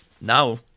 Now